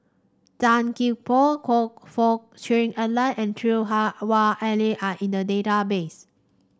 Tan Gee Paw Choe Fook Cheong Alan and Lui Hah Wah Elena are in the database